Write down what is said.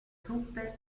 truppe